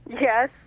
Yes